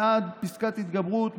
בעד פסקת התגברות,